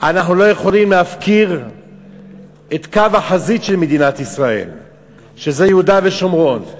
אנחנו לא יכולים להפקיר את קו החזית של מדינת ישראל שזה יהודה ושומרון.